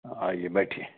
आइए बैठिए